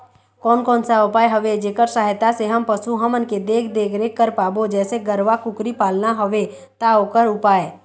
कोन कौन सा उपाय हवे जेकर सहायता से हम पशु हमन के देख देख रेख कर पाबो जैसे गरवा कुकरी पालना हवे ता ओकर उपाय?